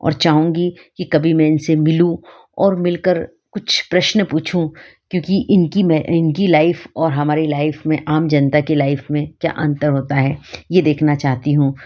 और चाहूँगी कि कभी मैं इनसे मिलूँ और मिलकर कुछ प्रश्न पूछूँ क्योंकि मैं इनकी लाइफ और हमारी लाइफ में आम जनता की लाइफ में क्या अंतर होता है यह देखना चाहती हूँ